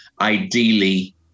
Ideally